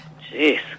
Jeez